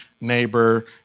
neighbor